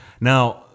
now